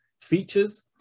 features